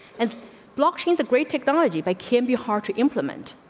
and block. she's a great technology by can be hard to implement,